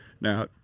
Now